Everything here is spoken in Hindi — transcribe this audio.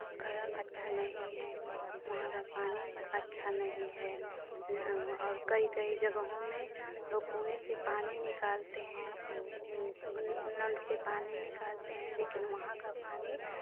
का अच्छा नहीं है वहाँ का पानी अच्छा नहीं है और कई कई जगहों में लोग कुएँ से पानी निकालते हैं नल से पानी निकालते हैं लेकिन वहाँ का पानी